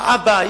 האבא,